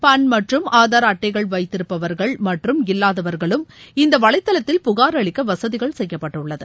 பான் மற்றும் ஆதார் அட்டைகள் வைத்திருப்பவர்கள் மற்றும் இல்லாதவர்களும் இந்த வலைளத்தில் புகார் அளிக்க வசதிகள் செய்யப்பட்டுள்ளது